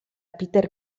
peter